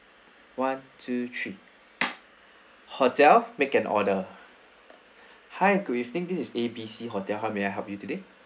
one two three hotel make an order hi good evening this is A B C hotel how may I help you today